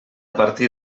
partir